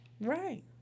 Right